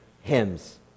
hymns